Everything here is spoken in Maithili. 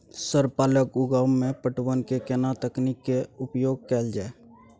सर पालक उगाव में पटवन के केना तकनीक के उपयोग कैल जाए?